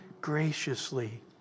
graciously